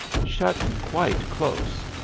shut quite close.